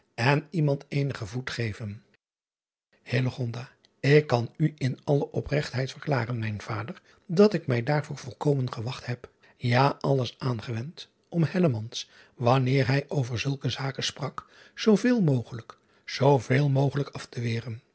en iemand eenigen voet geven k kan u in alle opregtheid verklaren mijn vader dat ik mij daarvoor volkomen gewacht heb ja alles aangewend om wanneer hij over zulke zaken sprak zooveel mogelijk zooveel mogelijk af te weren